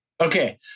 Okay